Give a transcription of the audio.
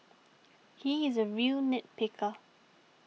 he is a real nit picker